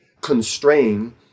constrain